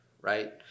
right